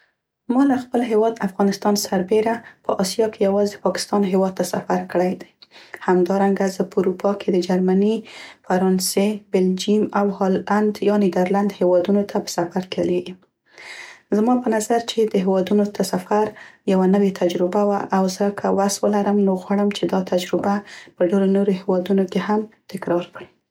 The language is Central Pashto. ما له خپل هیواد افغانستان سربیره په اسیا کې یوازې پاکستان هیواد ته سفر کړی دی. همدارانګه زه په اروپا کې د جرمني، فرانسې، بلجیم او هالند یا نیدرلند هیوادونو ته په سفر تللې یم. زما په نظر چې دې هیوادونو ته سفر یوه نوې تجربه وه او زه که وس ولرم نو غواړم چې دا تجربه په ډيرو نورو هیوادونو کې هم تکرار کړم.